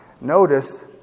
notice